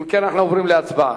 אם כן, אנחנו עוברים להצבעה.